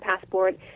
passport